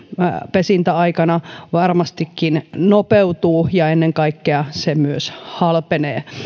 pesintäaikana varmastikin nopeutuu ja ennen kaikkea se myös halpenee